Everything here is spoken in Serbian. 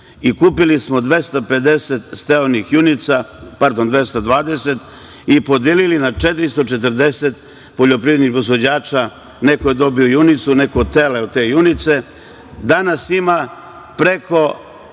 i kupili smo 220 steonih junica i podelili na 440 poljoprivrednih proizvođača. Neko je dobio junicu, neko tele od te junice. Danas ima preko